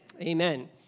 amen